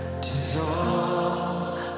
dissolve